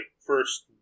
first